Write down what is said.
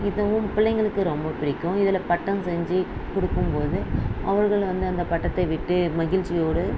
இதுவும் பிள்ளைங்களுக்கு ரொம்ப பிடிக்கும் இதில் பட்டம் செஞ்சு கொடுக்கும்போது அவர்கள் வந்து அந்த பட்டத்தை விட்டு மகிழ்ச்சியோடு